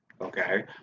Okay